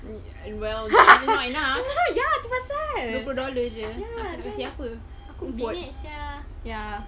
and and well ya it's not enough dua puluh dollar jer kasi apa ya